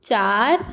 चार